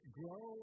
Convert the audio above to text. grow